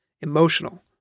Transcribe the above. emotional